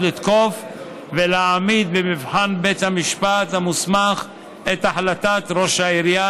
לתקוף ולהעמיד במבחן בית המשפט המוסמך את החלטת ראש העירייה,